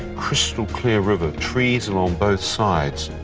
crystal clear river, trees along both sides.